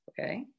Okay